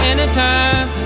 Anytime